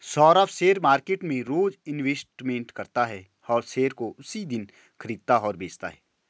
Saurabh share market में रोज investment करता है और शेयर को उसी दिन खरीदता और बेचता है